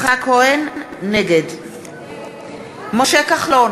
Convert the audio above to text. נגד משה כחלון,